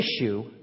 issue